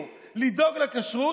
הכותל המערבי,